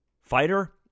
fighter